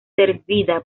servida